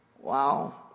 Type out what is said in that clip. Wow